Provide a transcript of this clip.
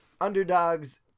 Underdogs